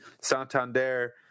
Santander –